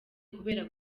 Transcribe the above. kubera